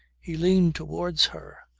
he leaned towards her,